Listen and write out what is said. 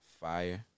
Fire